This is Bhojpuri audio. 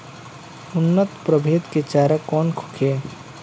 उन्नत प्रभेद के चारा कौन होखे?